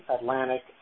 Atlantic